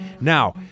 Now